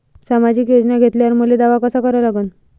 सामाजिक योजना घेतल्यावर मले दावा कसा करा लागन?